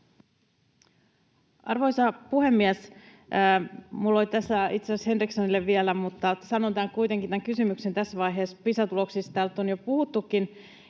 Arvoisa puhemies! Minulla oli tässä itse asiassa Henrikssonille vielä, mutta sanon kuitenkin tämän kysymyksen tässä vaiheessa. Pisa-tuloksista on jo puhuttukin